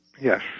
Yes